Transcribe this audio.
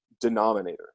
denominator